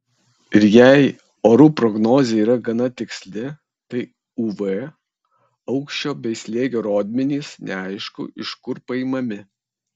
ir jei orų prognozė yra gana tiksli tai uv aukščio bei slėgio rodmenys neaišku iš kur paimami